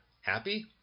Happy